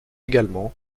également